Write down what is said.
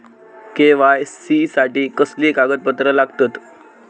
KYC साठी कसली कागदपत्र लागतत?